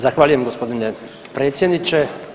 Zahvaljujem g. predsjedniče.